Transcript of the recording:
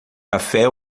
café